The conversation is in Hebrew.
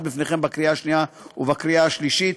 לפניכם בקריאה שנייה ובקריאה שלישית.